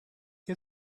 had